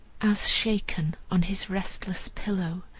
as shaken on his restless pillow,